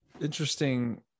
interesting